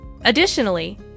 Additionally